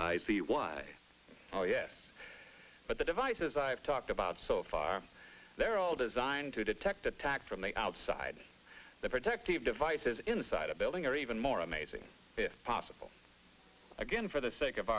why oh yes but the devices i've talked about so far they're all designed to detect attacks from the outside the protective devices inside a building or even more amazing if possible again for the sake of